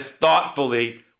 thoughtfully